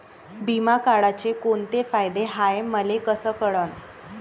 बिमा काढाचे कोंते फायदे हाय मले कस कळन?